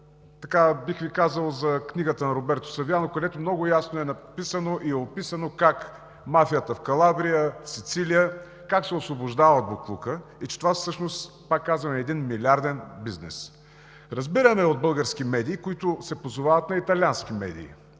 широка. Бих Ви казал за книгата на Роберто Савиано, където много ясно е написано и е описано как мафията в Калабрия, в Сицилия, как се освобождава боклукът и че това всъщност, повтарям, е един милиарден бизнес. Разбираме от български медии, които се позовават на италиански медии